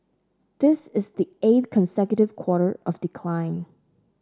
this is the eighth consecutive quarter of decline